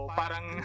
parang